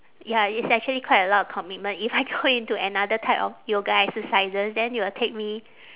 ya it is actually quite a lot of commitment if I go into another type of yoga exercises then it will take me